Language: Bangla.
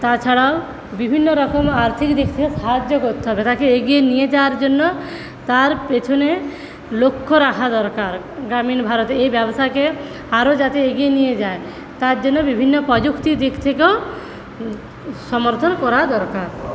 তাছাড়াও বিভিন্ন রকম আর্থিক দিক থেকে সাহায্য করতে হবে তাকে এগিয়ে নিয়ে যাওয়ার জন্য তার পেছনে লক্ষ রাখা দরকার গ্রামীণ ভারত এই ব্যবসাকে আরও যাতে এগিয়ে নিয়ে যায় তার জন্য বিভিন্ন প্রযুক্তি দিক থেকেও সমর্থন করা দরকার